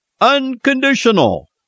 unconditional